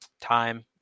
time